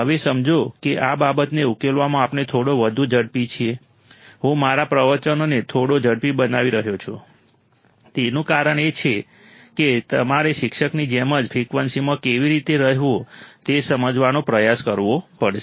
હવે સમજો કે આ બાબતોને ઉકેલવામાં આપણે થોડા વધુ ઝડપી છીએ હું મારા પ્રવચનોને થોડો ઝડપી બનાવી રહ્યો છું તેનું કારણ એ છે કે તમારે શિક્ષકની જેમ જ ફ્રિકવન્સીમાં કેવી રીતે રહેવું તે સમજવાનો પ્રયાસ કરવો પડશે